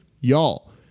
y'all